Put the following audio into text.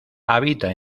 habita